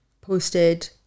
posted